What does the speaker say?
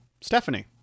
Stephanie